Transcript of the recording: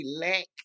lack